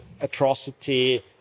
atrocity